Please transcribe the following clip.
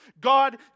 God